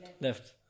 Left